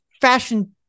fashion